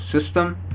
system